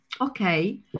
okay